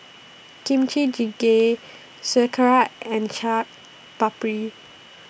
Kimchi Jjigae Sauerkraut and Chaat Papri